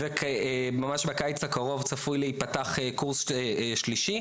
וממש בקיץ הקרוב צפוי להיפתח קורס שלישי,